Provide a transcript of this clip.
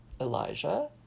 Elijah